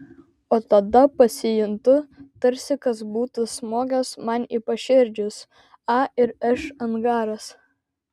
o tada pasijuntu tarsi kas būtų smogęs man į paširdžius a ir š angaras